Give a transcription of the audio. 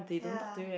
ya